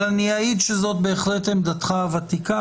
אבל אני אעיד שזאת בהחלט עמדתך הוותיקה.